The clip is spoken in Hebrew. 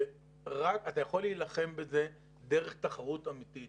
שאתה יכול להילחם בזה דרך תחרות אמיתית